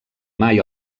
mai